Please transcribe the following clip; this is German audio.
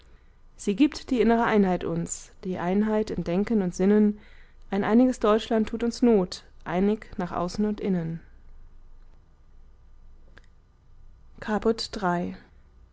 sie gibt die innere einheit uns die einheit im denken und sinnen ein einiges deutschland tut uns not einig nach außen und innen caput iii